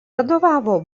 vadovavo